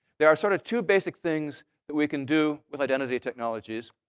there are sort of two basic things that we can do with identity technologies.